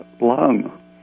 lung